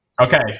Okay